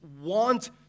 want